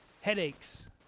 headaches